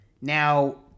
Now